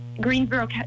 Greensboro